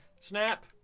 Snap